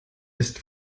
ist